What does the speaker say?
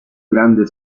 grande